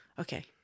Okay